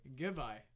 Goodbye